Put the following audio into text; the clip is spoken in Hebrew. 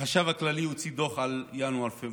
החשב הכללי הוציא דוח על ינואר-פברואר,